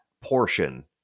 portion